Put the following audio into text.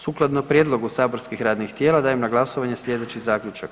Sukladno prijedlogu saborskih radnih tijela dajem na glasovanje slijedeći zaključak.